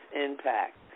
impact